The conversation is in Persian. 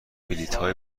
بلیطهای